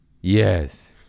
Yes